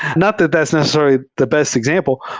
not that that's necessarily the best example,